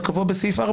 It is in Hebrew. הקבוע בסעיף 4,